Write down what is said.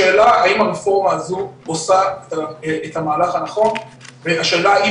השאלה האם הרפורמה הזו עושה את המהלך הנכון והשאלה האם